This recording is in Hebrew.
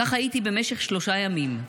ככה הייתי במשך שלושה ימים.